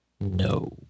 No